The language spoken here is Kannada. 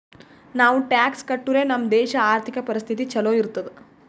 ನಾವು ಟ್ಯಾಕ್ಸ್ ಕಟ್ಟುರೆ ನಮ್ ದೇಶ ಆರ್ಥಿಕ ಪರಿಸ್ಥಿತಿ ಛಲೋ ಇರ್ತುದ್